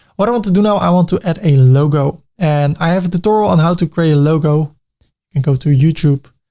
what i want to do now, i want to add a logo and i have tutorial on how to create a logo and go to youtube,